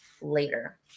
later